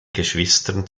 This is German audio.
geschwistern